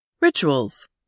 Rituals